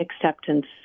acceptance